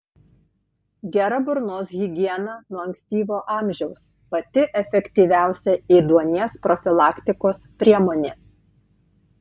gera burnos higiena nuo ankstyvo amžiaus pati efektyviausia ėduonies profilaktikos priemonė